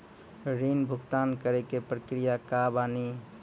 ऋण भुगतान करे के प्रक्रिया का बानी?